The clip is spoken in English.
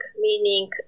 meaning